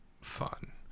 fun